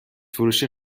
فروشی